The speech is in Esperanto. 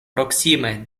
proksime